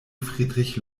friedrich